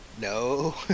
no